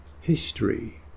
history